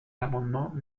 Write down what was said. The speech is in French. l’amendement